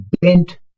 bent